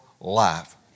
life